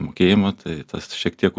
mokėjimo tai tas šiek tiek